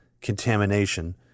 contamination